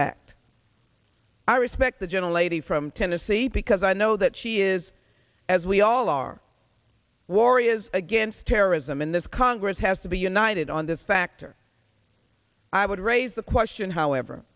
act i respect the gentle lady from tennessee because i know that she is as we all are war is against terrorism in this congress has to be united on this factor i would raise the question however